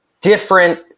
different